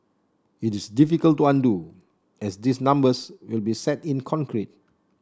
it is difficult to undo as these numbers will be set in concrete